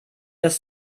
das